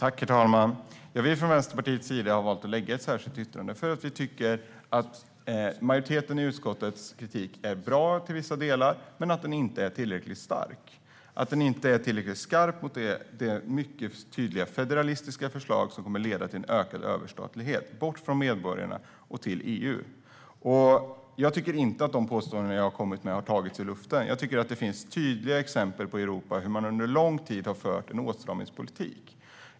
Herr talman! Vi från Vänsterpartiets sida har valt att avge ett särskilt yttrande därför att vi tycker att kritiken från majoriteten i utskottet är bra till vissa delar men inte är tillräckligt stark. Den är inte tillräckligt skarp gentemot det mycket tydliga federalistiska förslag som kommer att leda till en ökad överstatlighet, bort från medborgarna och till EU. Jag tycker inte att de påståenden som jag har kommit med har tagits ur luften, utan jag tycker att det finns tydliga exempel från Europa på hur man under lång tid har fört en åtstramningspolitik.